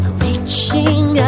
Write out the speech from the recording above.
reaching